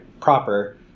proper